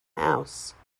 house